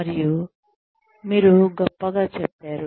మరియు మీరు గొప్పగ చెప్పారు